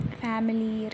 family